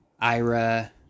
Ira